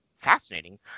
fascinating